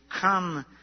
come